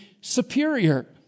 superior